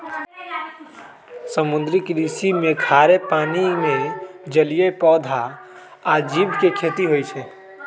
समुद्री कृषि में खारे पानी में जलीय पौधा आ जीव के खेती होई छई